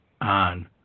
on